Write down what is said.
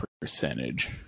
percentage